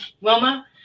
Wilma